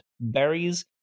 berries